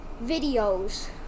videos